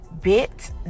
bit